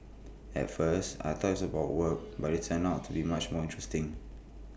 at first I thought IT was about work but IT turned out to be much more interesting